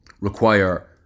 require